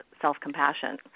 self-compassion